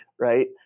Right